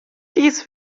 dies